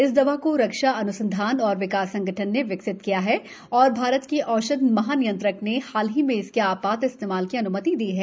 इस दवा को रक्षा अन्संधान और विकास संगठन ने विकसित किया है और भारत के औषध महानियंत्रक ने हाल ही में इसके आपात इस्तेमाल की अनुमति दी है